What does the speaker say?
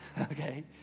okay